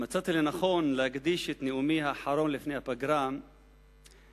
מצאתי לנכון להקדיש את נאומי האחרון לפני הפגרה לנושא